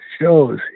shows